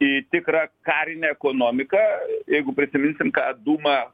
į tikrą karinę ekonomiką jeigu prisiminsim ką dūma